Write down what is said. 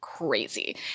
Crazy